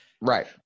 Right